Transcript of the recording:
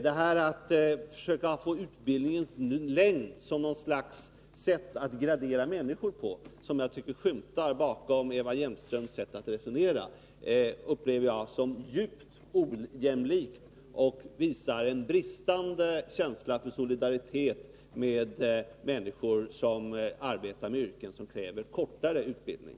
Tendenser att försöka använda utbildningens längd som ett slags sätt att gradera människor, något som jag tycker mig skymta bakom Eva Hjelmströms sätt att resonera, upplever jag som djupt ojämlika. Sådant visar på en bristande känsla för solidaritet med människor som arbetar i yrken som kräver kortare utbildning.